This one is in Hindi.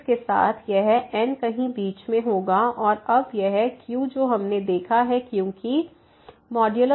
तो इसके साथ यह N कहीं बीच में होगा और अब यह q जो हमने देखा है क्योंकि xN1